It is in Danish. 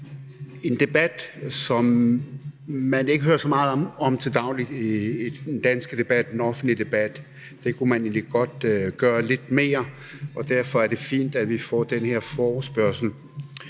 et emne, som man ikke hører så meget om til dagligt i den offentlige danske debat. Det kunne man egentlig godt høre lidt mere om, og derfor er det fint, at vi får den her forespørgsel.